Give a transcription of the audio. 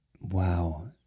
Wow